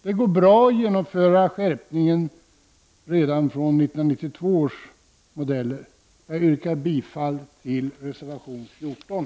Det går bra att genomföra skärpningen redan från 1992 års modeller. Jag yrkar bifall till reservation 14.